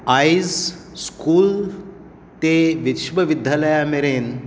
आयज स्कूल ते विश्व विद्यालया मेरेन